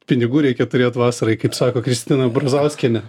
pinigų reikia turėt vasarai kaip sako kristina brazauskienė